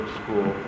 school